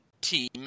Team